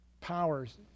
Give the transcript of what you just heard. powers